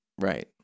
right